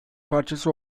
parçası